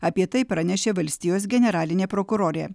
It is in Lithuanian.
apie tai pranešė valstijos generalinė prokurorė